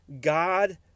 god